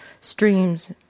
streams